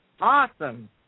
awesome